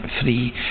free